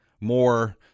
more